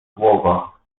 słowa